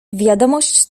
wiadomość